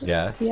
Yes